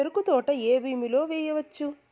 చెరుకు తోట ఏ భూమిలో వేయవచ్చు?